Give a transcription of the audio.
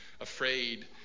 afraid